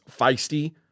feisty